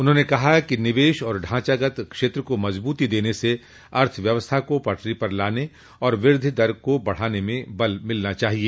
उन्होंने कहा कि निवेश और ढांचागत क्षेत्र को मजबूती देने से अर्थव्यवस्था को पटरी पर लाने और वृद्धि दर को बढाने में बल मिलना चाहिए